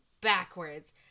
backwards